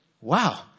Wow